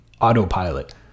autopilot